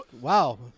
Wow